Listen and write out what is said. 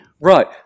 Right